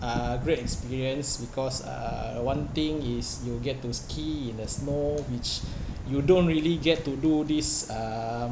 a great experience because uh one thing is you get to ski in the snow which you don't really get to do this um